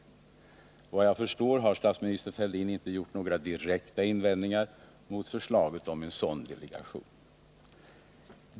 Enligt vad jag förstår har statsminister Fälldin inte gjort några direkta invändningar mot förslaget om en sådan delegation.